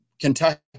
Kentucky